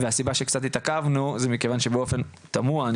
הסיבה שקצת התעכבנו היא משום שבאופן תמוהה,